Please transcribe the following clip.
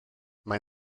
mae